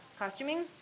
costuming